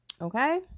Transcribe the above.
Okay